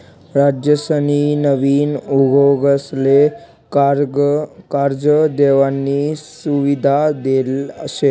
राज्यसनी नवीन उद्योगसले कर्ज देवानी सुविधा देल शे